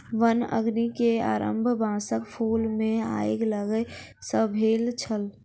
वन अग्नि के आरम्भ बांसक फूल मे आइग लागय सॅ भेल छल